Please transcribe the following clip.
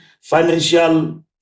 financial